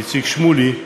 איציק שמולי.